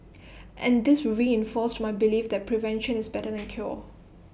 and this reinforced my belief that prevention is better than cure